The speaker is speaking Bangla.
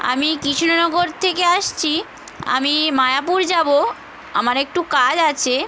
আমি কৃষ্ণনগর থেকে আসছি আমি মায়াপুর যাব আমার একটু কাজ আছে